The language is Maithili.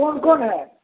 कोन कोन हइ